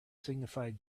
signified